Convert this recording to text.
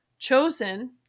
chosen